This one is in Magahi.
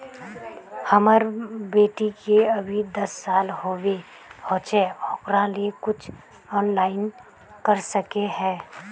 हमर बेटी के अभी दस साल होबे होचे ओकरा ले कुछ ऑनलाइन कर सके है?